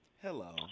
Hello